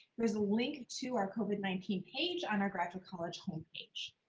there's a link to our covid nineteen page on our graduate college home page.